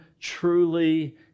truly